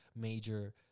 major